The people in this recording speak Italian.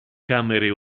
camere